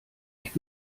ich